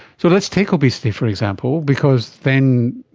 so let's take obesity, for example, because then,